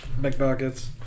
McBuckets